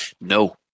No